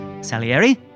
Salieri